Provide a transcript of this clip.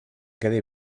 quedi